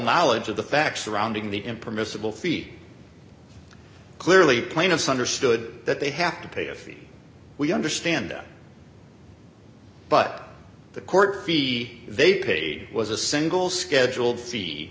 knowledge of the facts surrounding the impermissible feet clearly plaintiffs understood that they have to pay a fee we understand but the court fee they pay was a single scheduled see